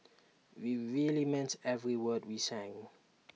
we really meant every word we sang